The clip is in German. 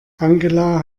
angela